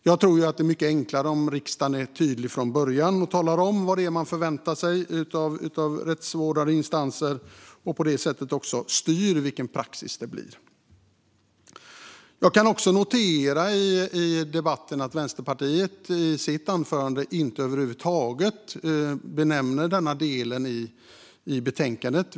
Jag tror att det blir mycket enklare om riksdagen är tydlig från början, talar om vad man förväntar sig av rättsvårdande instanser och på det sättet styr vilken praxis det blir. Jag noterade i debatten att Vänsterpartiet i sitt anförande över huvud taget inte nämnde den här delen av betänkandet.